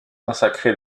consacré